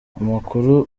amakuru